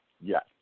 Yes